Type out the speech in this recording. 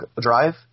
drive